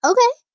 Okay